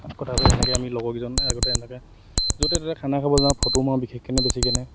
কথা তেনেকৈ আমি লগৰকেইজনে আগতে এনেকৈ য'তে ত'তে খানা খাবলৈ যাওঁ ফটো মাৰো বিশেষকৈ